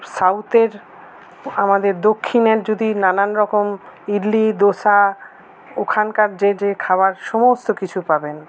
সাউথের আমাদের দক্ষিণের যদি নানান রকম ইডলি দোসা ওখানকার যে যে খাবার সমস্ত কিছু পাবেন